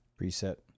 preset